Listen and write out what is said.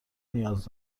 نیاز